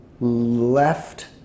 left